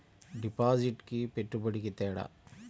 డిపాజిట్కి పెట్టుబడికి తేడా?